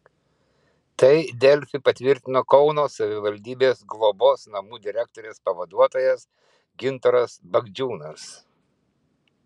tai delfi patvirtino kauno savivaldybės globos namų direktorės pavaduotojas gintaras bagdžiūnas